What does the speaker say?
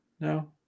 no